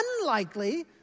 unlikely